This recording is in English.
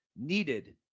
needed